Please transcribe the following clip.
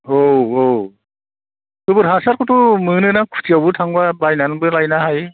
औ औ गोबोर हासारखौथ' मोनोना खुथियावबो थांबा बायनानैबो लायनो हायो